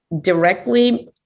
directly